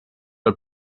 der